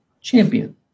champion